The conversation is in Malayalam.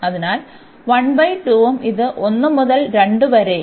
അതിനാൽ ഉം ഇത് 1 മുതൽ 2 വരെയും